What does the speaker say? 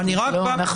מפא"יניקים.